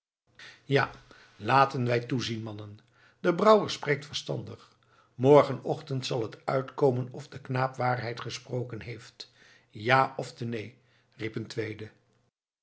ja laten wij toezien mannen de brouwer spreekt verstandig morgen ochtend zal het uitkomen of de knaap waarheid gesproken heeft ja ofte neen riep een tweede